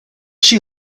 she